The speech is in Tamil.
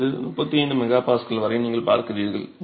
5 10 35 MPa வரை நீங்கள் பார்க்கிறீர்கள்